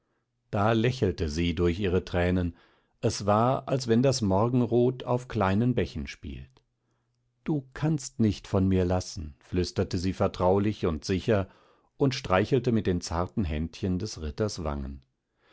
da lächelte sie durch ihre tränen es war als wenn das morgenrot auf kleinen bächen spielt du kannst nicht von mir lassen flüsterte sie vertraulich und sicher und streichelte mit den zarten händchen des ritters wangen